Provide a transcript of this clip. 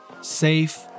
safe